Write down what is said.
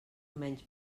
menys